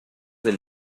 del